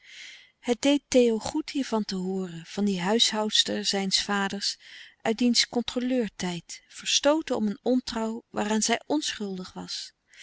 het deed theo goed hiervan te hooren van die huishoudster zijns vaders uit diens controleurtijd verstooten om een ontrouw waaraan zij onschuldig was